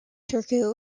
turku